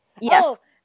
Yes